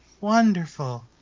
Wonderful